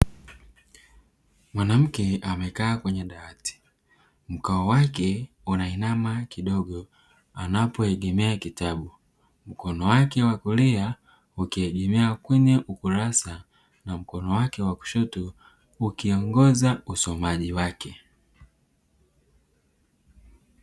Mwanamke amekaa kwenye dawati, mkao wake unainama kidogo anapoegemea kitabu, mkono wake wa kulia ukiegemea kwenye ukurasa na mkono wake wa kushoto ukiongoza usomaji wake.